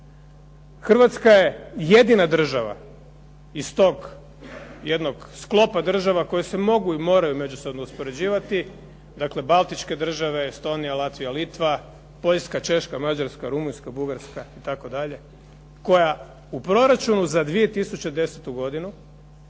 Hrvatska je jedina država iz tog jednog sklopa država koje se mogu i moraju međusobno uspoređivati, dakle baltičke države Estonija, Latvija, Litva, Poljska, Češka, Mađarska, Rumunjska, Bugarska, itd., koja u proračunu za 2010. godinu,